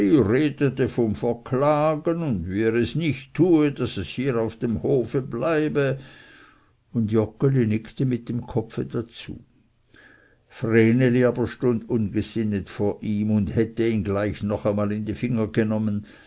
redete vom verklagen und wie er es nicht tue daß es hier auf dem hofe bleibe und joggeli nickte mit dem kopfe dazu vreneli aber stund ungesinnet vor ihm und hätte ihn gleich noch einmal in die finger genommen